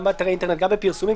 גם באתרי אינטרנט וגם בפרסומים.